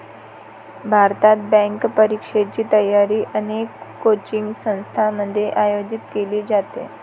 भारतात, बँक परीक्षेची तयारी अनेक कोचिंग संस्थांमध्ये आयोजित केली जाते